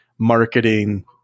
marketing